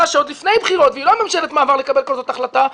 שעוד לפני בחירות והיא לא ממשלת מעבר לקבל כזאת החלטה,